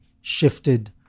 shifted